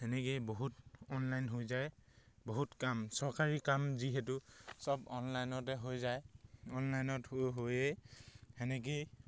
সেনেকৈয়ে বহুত অনলাইন হৈ যায় বহুত কাম চৰকাৰী কাম যিহেতু চব অনলাইনতে হৈ যায় অনলাইনত হৈ হৈয়ে সেনেকৈয়ে